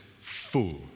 fool